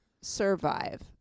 survive